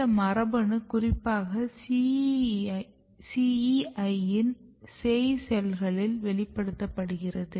இந்த மரபணு குறிப்பாக CEI யின் சேய் செல்களில் வெளிப்படுகிறது